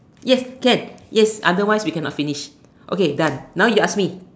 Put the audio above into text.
yes can yes yes otherwise we cannot finish okay done now you ask me